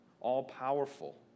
all-powerful